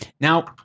Now